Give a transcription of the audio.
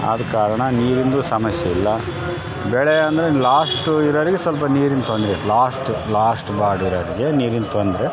ಆದ ಕಾರಣ ನೀರಿಂದು ಸಮಸ್ಯೆಯಿಲ್ಲ ಬೆಳೆ ಅಂದರೆ ಲಾಸ್ಟು ಇರೋರಿಗೆ ಸ್ವಲ್ಪ ನೀರಿನ ತೊಂದರೆ ಲಾಸ್ಟ್ ಲಾಸ್ಟ್ ಬಾರ್ಡರ್ ಇರೋರಿಗೆ ನೀರಿನ ತೊಂದರೆ